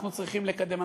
אנחנו צריכים לקדם,